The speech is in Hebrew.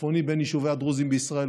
הצפוני בין יישובי הדרוזים בישראל,